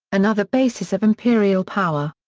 another basis of imperial power.